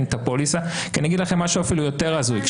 את הפוליסות אני אגיד לכם משהו אפילו יותר הזוי,